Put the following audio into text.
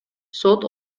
сот